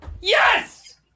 Yes